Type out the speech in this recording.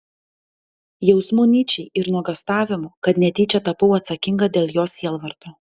jausmų nyčei ir nuogąstavimų kad netyčia tapau atsakinga dėl jo sielvarto